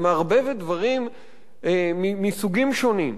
ומערבבת דברים מסוגים שונים.